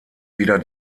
wieder